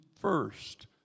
first